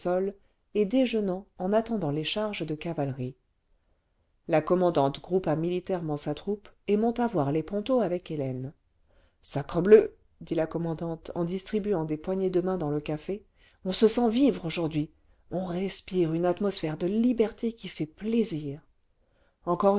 et déjeunant en attendant les charges de cavalerie la commandante groupa militairement sa troupe et monta voir les ponto avec hélène sabrebleu dit la commandante en distribuant des poignées de main dans le café on se sent vivre aujourd'hui on respire une atmosphère de liberté qui fait plaisir encore